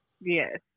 Yes